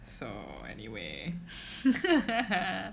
so anyway